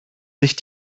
sich